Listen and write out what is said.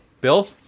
Bill